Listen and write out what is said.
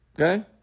Okay